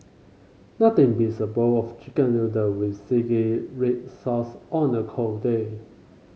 nothing beats a bowl of chicken noodle with zingy red sauce on a cold day